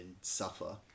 suffer